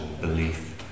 belief